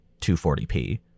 240p